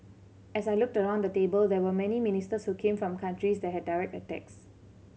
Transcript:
as I looked around the table there were many ministers who came from countries that had direct attacks